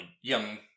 young